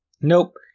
nope